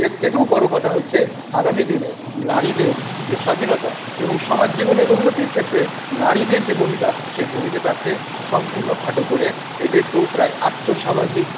এর থেকেও বড় কথা হচ্ছে আগামীদিনে নারীদের যে স্বাধীনতা এবং সমাজ জীবনের উন্নতির ক্ষেত্রে নারীদের যে ভূমিকা সেই ভূমিকাটাকে সম্পূর্ণ খাটো করে এদেরকেও প্রায় আর্থ সামাজিক